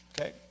Okay